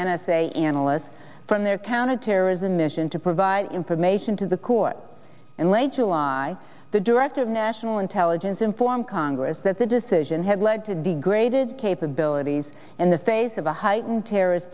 a analysts from their counterterrorism mission to provide information to the court in late july the director of national intelligence inform congress that the decision had led to degraded capabilities in the face of a heightened terrorist